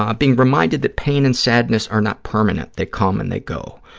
ah being reminded that pain and sadness are not permanent. they come and they go.